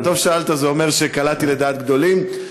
טוב ששאלת, זה אומר שקלעתי לדעת גדולים.